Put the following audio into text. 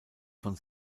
von